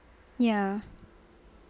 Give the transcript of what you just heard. ya